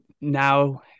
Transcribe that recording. now